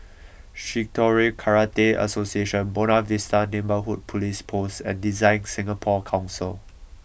Shitoryu Karate Association Buona Vista Neighbourhood Police Post and DesignSingapore Council